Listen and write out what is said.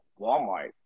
Walmart